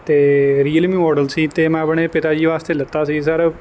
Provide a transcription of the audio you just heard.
ਤੇ Realme model ਸੀ ਤੇ ਮੈਂ ਆਪਣੇ ਪਿਤਾ ਜੀ ਵਾਸਤੇ ਲਿੱਤਾ ਸੀ ਸਰ